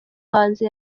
hanze